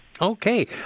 Okay